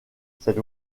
cette